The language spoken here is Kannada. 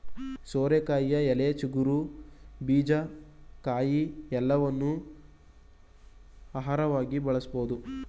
ಸೋರೆಕಾಯಿಯ ಎಲೆ, ಚಿಗುರು, ಬೀಜ, ಕಾಯಿ ಎಲ್ಲವನ್ನೂ ಆಹಾರವಾಗಿ ಬಳಸಬೋದು